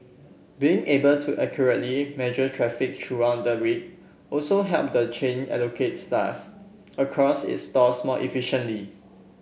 being able to accurately measure traffic throughout the week also helped the chain allocate staff across its stores more efficiently